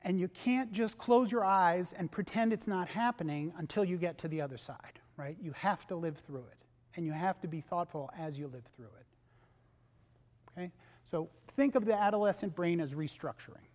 and you can't just close your eyes and pretend it's not happening until you get to the other side you have to live through it and you have to be thoughtful as you live through it so i think of the adolescent brain as restructuring